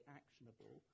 actionable